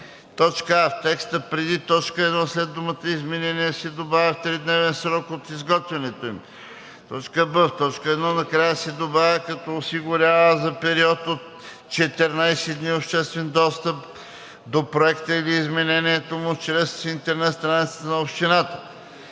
3: а) в текста преди т. 1 след думата „изменение“ се добавя „в 3-дневен срок от изготвянето им“; б) в т. 1 накрая се добавя „като осигурява за период от 14 дни обществен достъп до проекта или изменението му чрез интернет страницата на общината,